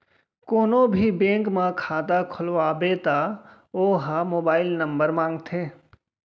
कोनो भी बेंक म खाता खोलवाबे त ओ ह मोबाईल नंबर मांगथे